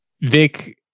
Vic